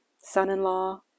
son-in-law